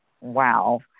Wow